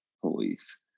police